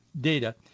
data